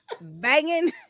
banging